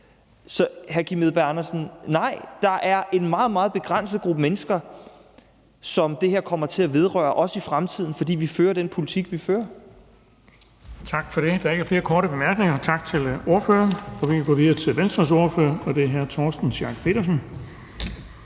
Så, hr. Kim Edberg Andersen, nej, der er en meget, meget begrænset gruppe mennesker, som det her kommer til at vedrøre, også i fremtiden, fordi vi fører den politik, vi fører. Kl. 18:02 Den fg. formand (Erling Bonnesen): Tak for det. Der er ikke flere korte bemærkninger. Tak til ordføreren. Vi kan gå videre til Venstres ordfører, og det er hr. Torsten Schack Pedersen.